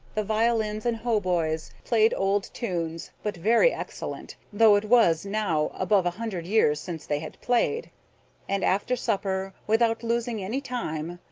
the violins and hautboys played old tunes, but very excellent, though it was now above a hundred years since they had played and after supper, without losing any time,